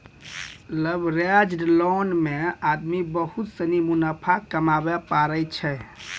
leveraged loan मे आदमी बहुत सनी मुनाफा कमाबै पारै छै